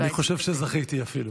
אני חושב שזכיתי אפילו.